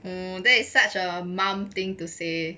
hmm that's such a mum thing to say